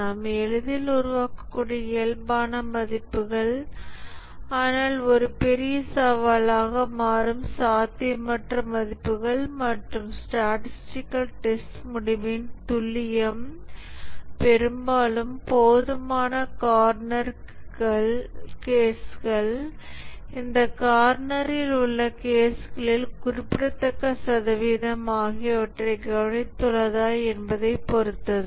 நாம் எளிதில் உருவாக்கக்கூடிய இயல்பான மதிப்புகள் ஆனால் ஒரு பெரிய சவாலாக மாறும் சாத்தியமற்ற மதிப்புகள் மற்றும் ஸ்டாடீஸ்டிகல் டெஸ்ட் முடிவின் துல்லியம் பெரும்பாலும் போதுமான கார்னர் கேஸ்கள் இந்த கார்னரில் உள்ள கேஸ்களில் குறிப்பிடத்தக்க சதவீதம் ஆகியவற்றைக் கவனித்துள்ளதா என்பதைப் பொறுத்தது